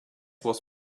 was